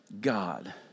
God